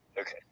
okay